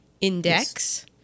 index